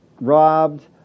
robbed